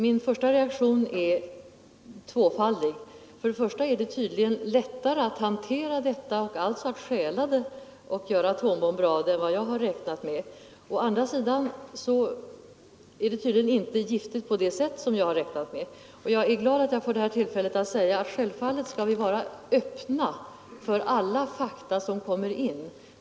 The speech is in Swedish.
Min första reaktion var tvåfaldig: Det är tydligen lättare att hantera plutonium och alltså stjäla det och göra atombomber av det än vad jag räknat med. Å andra sidan är det tydligen inte giftigt på det sätt som jag har räknat med. Jag är glad att få säga att vi självfallet skall vara öppna för alla fakta som kommer in.